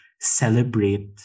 celebrate